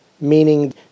Meaning